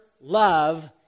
love